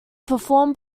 performed